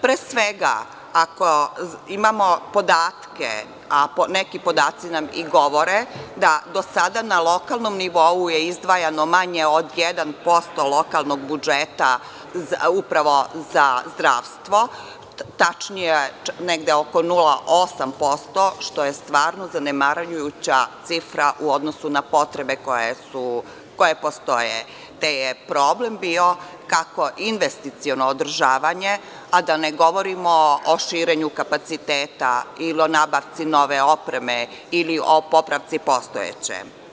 Pre svega ako imamo podatke, a neki podaci nam i govore da do sada na lokalnom nivou je izdvajano manje od 1% lokalnog budžeta, upravo za zdravstvo, tačnije negde oko 0,8% što je stvarno zanemarujuća cifra u odnosu na potrebe koje postoje, te je problem bio kako investiciono održavanje, a da ne govorimo o širenju kapaciteta ili o nabavci nove opreme ili o popravci postojeće.